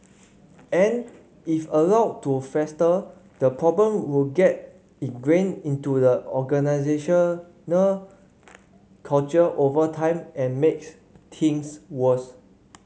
and if allowed to fester the problem would get ingrained into the organisational culture over time and makes things worse